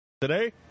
Today